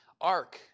ark